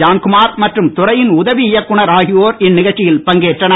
ஜான்குமார் மற்றும் துறையின் உதவி இயக்குநர் ஆகியோர் நிகழ்ச்சியில் பங்கேற்றனர்